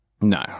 No